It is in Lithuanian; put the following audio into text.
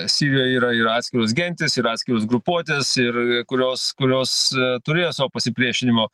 sirijoj yra ir atskiros gentys ir atskiros grupuotės ir kurios kurios turėjo savo pasipriešinimo